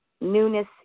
newness